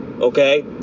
Okay